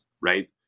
right